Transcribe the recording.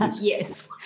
Yes